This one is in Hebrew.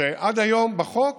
עד היום בחוק